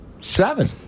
Seven